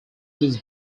these